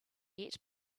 yet